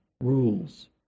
rules